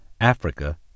Africa